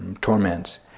torments